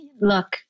look